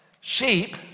Sheep